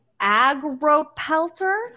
Agropelter